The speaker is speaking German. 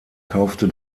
kaufte